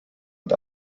und